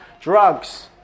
Drugs